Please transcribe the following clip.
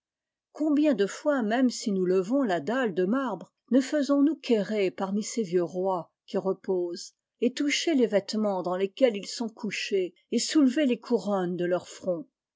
combien de fois même si nous levons la dà ie de marbre ne faisons-nous qu'errer parmi ces vieux rois qui reposentet toucher les vêtements dans lesquels ils sont couchés et soulever les couronnes de leurs fronts